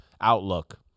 outlook